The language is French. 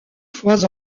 fois